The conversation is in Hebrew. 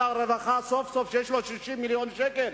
כשלמשרד הרווחה סוף-סוף יש 60 מיליון שקלים